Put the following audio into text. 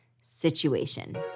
situation